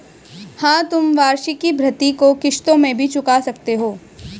हाँ, तुम वार्षिकी भृति को किश्तों में भी चुका सकते हो